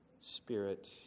Spirit